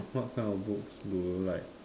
what kind of books do you like